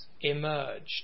emerged